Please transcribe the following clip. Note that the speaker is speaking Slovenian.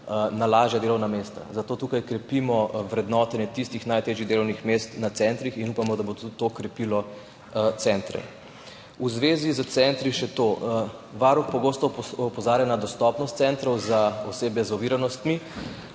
na lažja delovna mesta. Zato tukaj krepimo vrednotenje tistih najtežjih delovnih mest na centrih in upamo, da bo tudi to okrepilo centre. V zvezi s centri še to. Varuh pogosto opozarja na dostopnost centrov za osebe z oviranostmi.